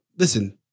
listen